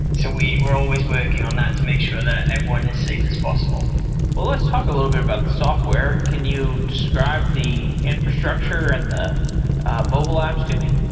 so we're always working on that to make sure that everyone is safe as possible well, let's talk a little bit about the software. can you describe the infrastructure and the mobile apps to me?